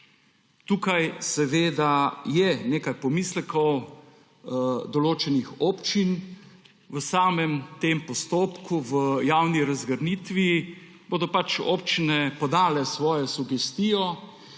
Tukaj je nekaj pomislekov določenih občin v samem postopku. V javni razgrnitvi bodo občine podale svoje sugestije,